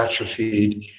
atrophied